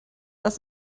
das